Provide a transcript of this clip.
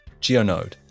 GeoNode